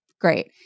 great